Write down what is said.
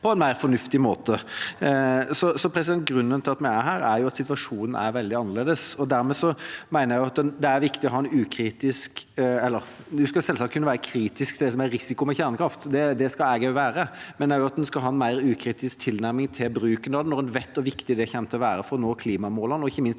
på en mer fornuftig måte. Så grunnen til at vi er her, er at situasjonen er veldig annerledes, og dermed mener jeg at det er viktig å ha en mer ukritisk tilnærming. En skal selvsagt være kritisk til det som er en risiko med kjernekraft, det skal jeg også være, men en skal også ha en mer ukritisk tilnærming til å bruke det når en vet hvor viktig det kommer til å være for å nå klimamålene, og ikke minst